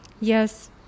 yes